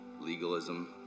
legalism